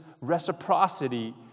reciprocity